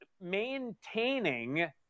maintaining